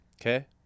okay